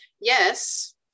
Yes